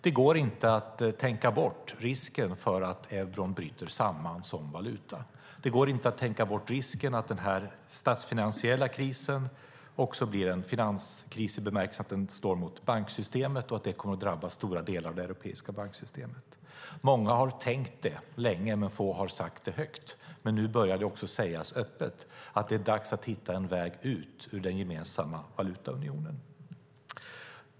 Det går inte att tänka bort risken för att euron bryter samman som valuta. Det går inte att tänka bort risken att den statsfinansiella krisen också blir en finanskris i bemärkelsen att den slår mot banksystemet och att det kommer att drabba stora delar av det europeiska banksystemet. Många har tänkt det länge, men få har sagt det högt. Nu börjar det dock sägas öppet: Det är dags att hitta en väg ut ur den gemensamma valutaunionen.